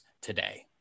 today